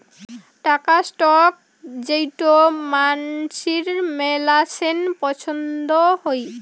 টাকার স্টক যেইটো মানসির মেলাছেন পছন্দ হই